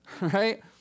right